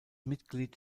mitglied